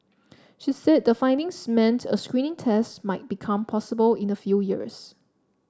she said the findings meant a screening test might become possible in a few years